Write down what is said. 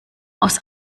aus